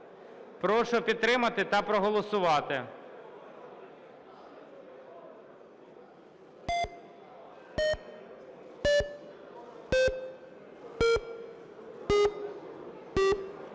Прошу підтримати та проголосувати.